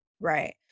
Right